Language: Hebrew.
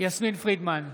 יסמין פרידמן,